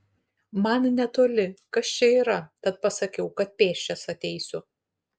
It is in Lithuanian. man netoli kas čia yra tad pasakiau kad pėsčias ateisiu